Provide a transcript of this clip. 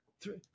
Three